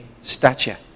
stature